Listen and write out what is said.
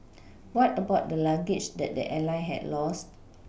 what about the luggage that the airline had lost